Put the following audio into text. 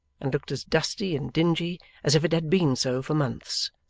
and looked as dusty and dingy as if it had been so for months.